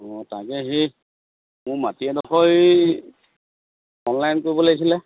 অঁ তাকে সেই মোৰ মাটি এডোখৰ এই অনলাইন কৰিব লাগিছিলে